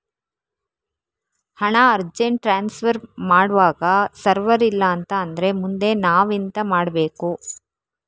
ಹಣ urgent transfer ಮಾಡ್ವಾಗ server ಇಲ್ಲಾಂತ ಆದ್ರೆ ಮುಂದೆ ನಾವೆಂತ ಮಾಡ್ಬೇಕು?